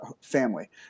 family